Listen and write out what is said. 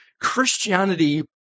Christianity